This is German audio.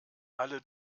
alle